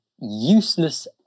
useless